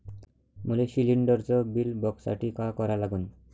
मले शिलिंडरचं बिल बघसाठी का करा लागन?